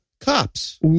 cops